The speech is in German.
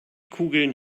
kugeln